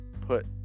put